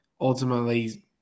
ultimately